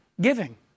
giving